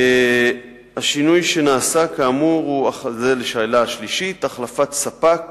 3. השינוי שנעשה, כאמור, החלפת ספק